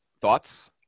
Thoughts